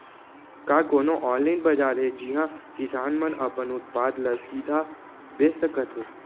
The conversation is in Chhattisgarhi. का कोनो अनलाइन बाजार हे जिहा किसान मन अपन उत्पाद ला सीधा बेच सकत हे?